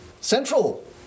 central